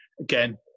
again